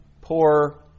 poor